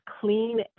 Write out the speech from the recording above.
clean